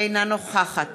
אינה נוכחת